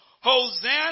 Hosanna